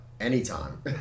anytime